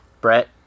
Brett